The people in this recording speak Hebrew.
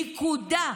נקודה.